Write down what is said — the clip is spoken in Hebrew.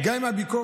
גם אם יש ביקורת,